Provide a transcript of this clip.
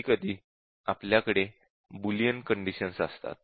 कधीकधी आपल्याकडे boolean conditions असतात